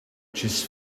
just